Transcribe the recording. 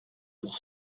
pour